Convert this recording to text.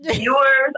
viewers